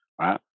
right